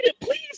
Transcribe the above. Please